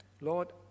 Lord